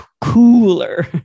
cooler